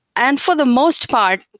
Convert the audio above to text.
and for the most part,